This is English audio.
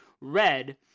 red